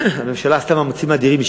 הממשלה עשתה מאמצים אדירים,